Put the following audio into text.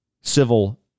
civil